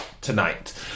tonight